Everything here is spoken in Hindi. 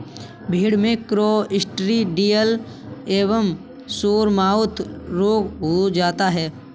भेड़ में क्लॉस्ट्रिडियल एवं सोरमाउथ रोग हो जाता है